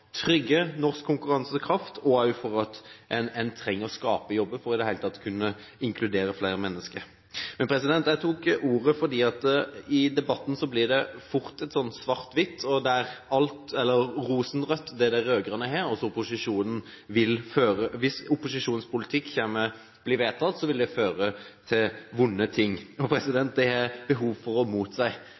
trygge norsk konkurransekraft og fordi en trenger å skape jobber for i det hele tatt å kunne inkludere flere mennesker. Men jeg tok ordet fordi det i debatten fort blir et svart-hvitt-bilde, der det de rød-grønne har, blir rosenrødt, og hvis opposisjonspolitikken blir vedtatt, så vil det føre til «vonde ting». Dette har jeg behov for å motsi. I Kristelig Folkeparti er vi opptatt av et velferdssamfunn. Vi ønsker å bygge samfunnet nedenfra og ta utgangspunkt i det